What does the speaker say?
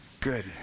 Good